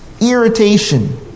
irritation